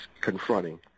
confronting